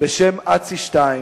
בשם אצי שטיין,